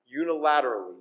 unilaterally